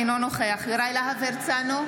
אינו נוכח יוראי להב הרצנו,